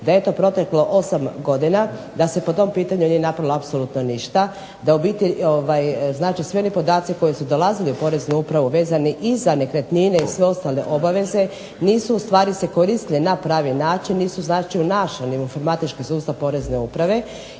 da je eto proteklo 8 godina, da se po tom pitanju nije napravilo apsolutno ništa, da u biti, znači svi oni podaci koji su dolazili u Poreznu upravu vezani i za nekretnine i sve ostale obaveze nisu u stvari se koristile na pravi način, nisu znači unašani u informatički sustav Porezne uprave.